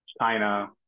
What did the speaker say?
China